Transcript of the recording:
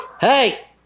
Hey